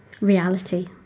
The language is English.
reality